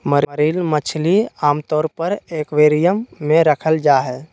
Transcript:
marine मछली आमतौर पर एक्वेरियम मे रखल जा हई